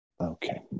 Okay